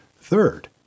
third